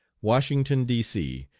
washington, d c,